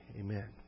amen